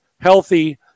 healthy